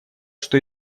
что